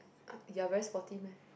you're very sporty meh